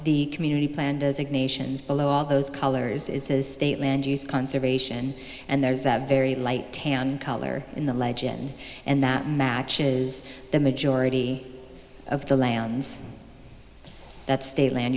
the community plan does ignatius below all those colors is a state land use conservation and there is that very light tan color in the legend and that matches the majority of the lands that state land